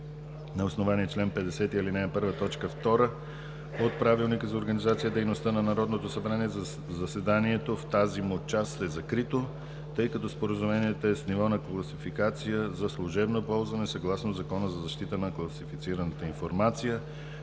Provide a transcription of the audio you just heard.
На основание чл. 50, ал. 1, т. 2 от Правилника за организацията и дейността на Народното събрание заседанието в тази му част е закрито, тъй като Споразумението е с ниво на класификация „за служебно ползване“, съгласно Закона за защита на класифицираната информация.